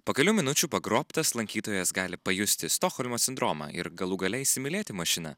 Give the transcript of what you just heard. po kelių minučių pagrobtas lankytojas gali pajusti stokholmo sindromą ir galų gale įsimylėti mašiną